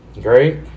Great